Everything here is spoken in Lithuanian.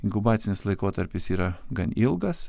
inkubacinis laikotarpis yra gan ilgas